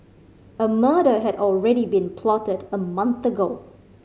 a murder had already been plotted a month ago